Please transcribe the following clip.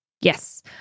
Yes